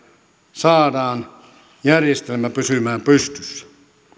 saadaan järjestelmä pysymään pystyssä